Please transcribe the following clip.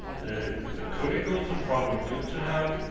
the criticals are probably good to have.